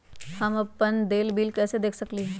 हम अपन देल बिल कैसे देख सकली ह?